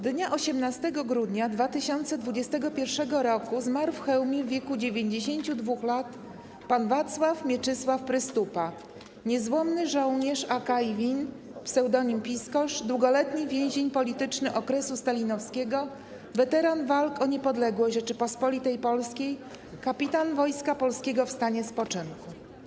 Dnia 18 grudnia 2021 r. zmarł w Chełmie w wieku 92 lat pan Wacław Mieczysław Prystupa, niezłomny żołnierz AK i WiN, pseudonim Piskorz, długoletni więzień polityczny okresu stalinowskiego, weteran walk o niepodległość Rzeczypospolitej Polskiej, kapitan Wojska Polskiego w stanie spoczynku.